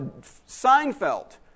Seinfeld